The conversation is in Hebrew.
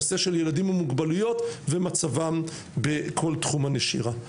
נושא של ילדים עם מוגבלויות ומצבם בכל תחום הנשירה.